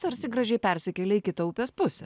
tarsi gražiai persikėlė į kitą upės pusę